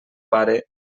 pare